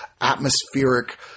atmospheric